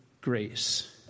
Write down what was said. grace